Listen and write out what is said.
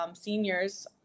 seniors